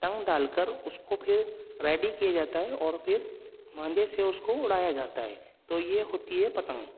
ٹنگ ڈال کر اس کو پھر ریڈی کیا جاتا ہے اور پھر مانجھے سے اس کو اڑایا جاتا ہے تو یہ ہوتی ہے پتنگ